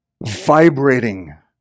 vibrating